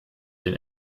den